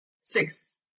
Six